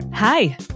Hi